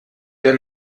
der